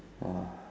!wah!